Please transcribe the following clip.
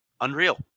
Unreal